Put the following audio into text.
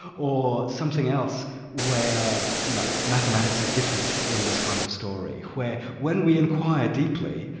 or something else where you know mathematics is different in this kind of story where when we inquire deeply,